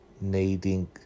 needing